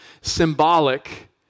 symbolic